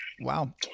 wow